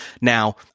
Now